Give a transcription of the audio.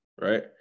right